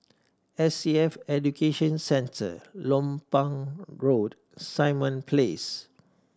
S A F Education Centre Lompang Road Simon Place